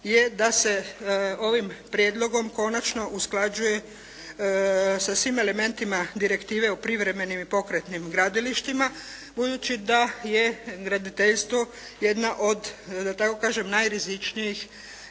je da se ovim prijedlogom konačno usklađuje sa svim elementima direktive o privremenim i pokretnim gradilištima budući da je graditeljstvo jedna od, da